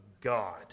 God